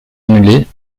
annulés